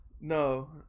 No